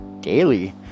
daily